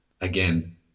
again